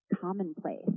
commonplace